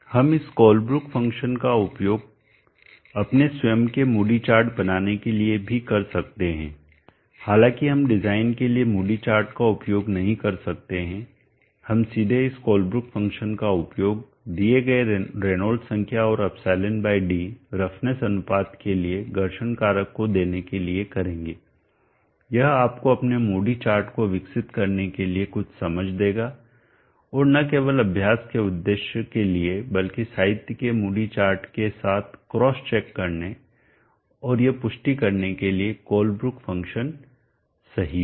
हम इस Colebrook function का उपयोग अपने स्वयं के मूडी चार्ट बनाने के लिए भी कर सकते हैं हालांकि हम डिजाइन के लिए मूडी चार्ट का उपयोग नहीं कर सकते हैं हम सीधे इस कोलब्रुक फ़ंक्शन का उपयोग दिए गए रेनॉल्ड्स संख्या और εd रफ़नेस अनुपात के लिए घर्षण कारक को देने के लिए करेंगे यह आपको अपने मूडी चार्ट को विकसित करने के लिए कुछ समझ देगा और न केवल अभ्यास के उद्देश्य के लिए बल्कि साहित्य के मूडी चार्ट के साथ क्रॉस चेक करने और यह पुष्टि करने के लिए कि कोलब्रुक फ़ंक्शन सही है